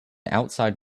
outside